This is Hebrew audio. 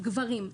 גברים,